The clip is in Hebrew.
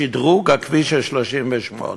שדרוג כביש 38,